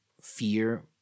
fear